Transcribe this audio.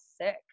sick